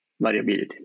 variability